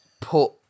put